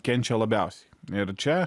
kenčia labiausiai ir čia